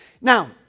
Now